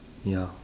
ya